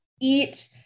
eat